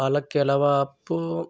पालक के अलावा आप